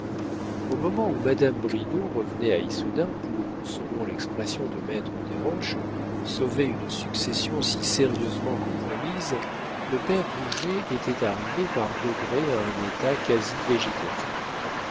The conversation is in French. au moment où madame bridau revenait à issoudun pour selon l'expression de maître desroches sauver une succession si sérieusement compromise le père rouget était arrivé par degrés à un état quasi végétatif